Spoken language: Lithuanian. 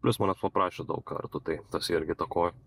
plius manęs paprašė daug kartų tai tas irgi įtakojo